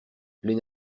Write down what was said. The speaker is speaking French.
les